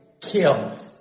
killed